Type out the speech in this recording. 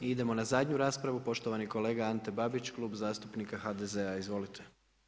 I idemo na zadnju raspravu poštovani kolega Ante Babić, Klub zastupnika HDZ-a Izvolite.